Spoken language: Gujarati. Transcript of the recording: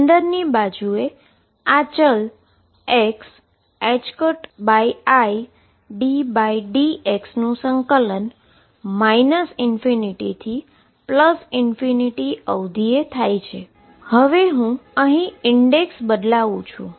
અંદરની બાજુ એ આ વેરીએબલ xiddxનું સંકલન ∞ થી લીમીટએ થાય છે હવે હુ અહી ઈન્ડેક્ષ બદલાવુ છું